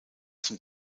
zum